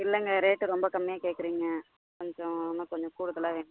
இல்லைங்க ரேட்டு ரொம்ப கம்மியாக கேக்கிறீங்க கொஞ்சம் இன்னும் கொஞ்சம் கூடுதலாக வேணும்